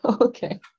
Okay